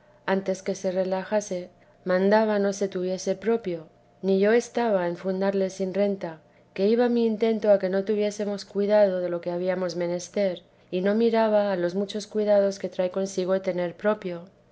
antes que se relajase mandaba no se tuviese propio ni yo estaba en fundarle sin renta que iba mi intento a que no tuviésemos cuidado de lo que habíamos menester y no miraba a los muchos cuidados que trae consigo tener propio